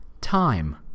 time